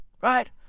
right